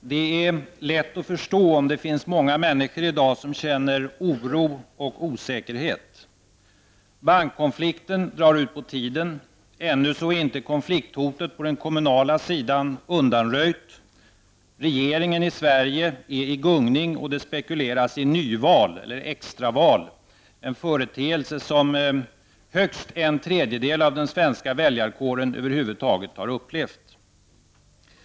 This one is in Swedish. Det är lätt att förstå att det finns många människor som i dag känner oro och osäkerhet. Bankkonflikten drar ut på tiden. Ännu är inte konflikthotet på den kommunala sidan undanröjt. Regeringen i Sverige är i gungning, och det spekuleras i nyval, eller extraval — en företeelse som högst en tredjedel av den svenska väljarkåren över huvud taget har upplevt.